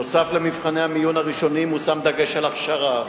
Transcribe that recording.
נוסף על מבחני המיון הראשונים מושם דגש על הכשרה